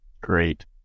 Great